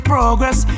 Progress